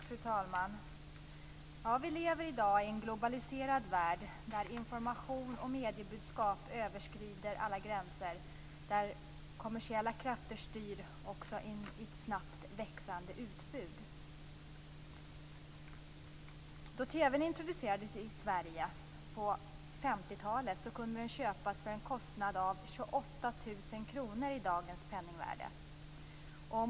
Fru talman! I dag lever vi i en globaliserad värld, där information och mediebudskap överskrider alla gränser och där kommersiella krafter styr i ett snabbt växande utbud. Då TV:n introducerades i Sverige på 50-talet kunde den köpas för en kostnad av 28 000 kr i dagens penningvärde.